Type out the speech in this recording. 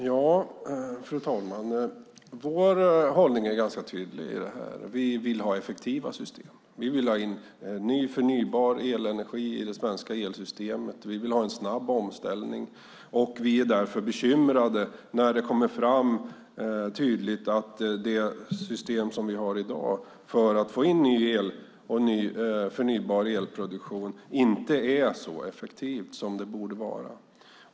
Fru talman! Vår hållning är ganska tydlig i detta. Vi vill ha effektiva system. Vi vill ha in ny förnybar elenergi i det svenska elsystemet. Vi vill ha en snabb omställning. Vi är därför bekymrade när det tydligt kommer fram att det system vi har i dag för att få fram ny el och ny förnybar elproduktion inte är så effektivt som det borde vara.